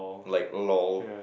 like lol